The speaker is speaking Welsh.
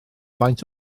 faint